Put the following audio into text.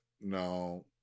no